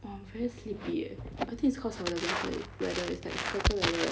oh I'm very sleepy eh I think cause of the wetter weather it's like sweater weather